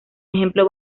ejemplo